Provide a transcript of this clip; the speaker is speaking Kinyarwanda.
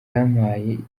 yampaye